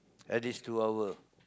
at least two hour